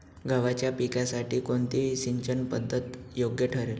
गव्हाच्या पिकासाठी कोणती सिंचन पद्धत योग्य ठरेल?